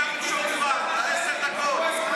יש בקשה, קואליציה, הממשלה ביקשה הצבעה שמית?